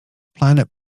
planet